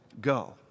go